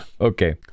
okay